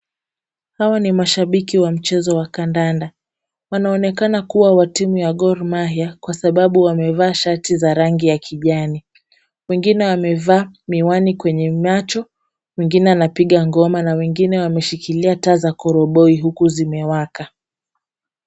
Hawa ni mashabiki wa mchezo wa kandanda. Wanaonekana kuwa wa timu ya Gor Mahia, kwa sababu wamevaa shati za rangi ya kijani. Wengine wamevaa miwani kwenye macho. Wengine wanapiga ngoma na wengine wameshikilia taa za koroboi huku zimewaka.